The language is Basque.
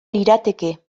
lirateke